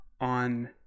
on